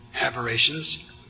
aberrations